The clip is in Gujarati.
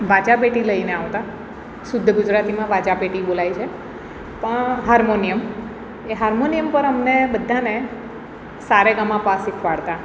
બાજા પેટી લઈને આવતા શુદ્ધ ગુજરાતીમાં વાજા પેટી બોલાય છે પણ હાર્મોનિયમ એ હાર્મોનિયમ પર અમને બધાંને સારેગામાપા શિખવાડતા